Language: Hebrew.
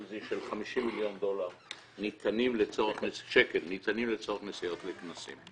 של 50 מיליון שקל ניתנים לצורך נסיעות לכנסים.